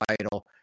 title